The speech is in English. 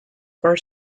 for